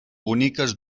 boniques